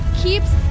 keeps